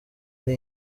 ari